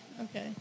okay